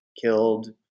killed